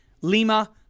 Lima